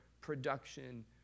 production